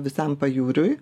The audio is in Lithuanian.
visam pajūriui